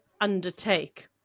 undertake